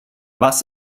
was